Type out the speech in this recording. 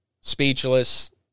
speechless